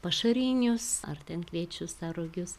pašarinius ar ten kviečius ar rugius